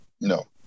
No